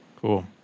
Cool